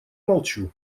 молчу